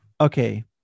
okay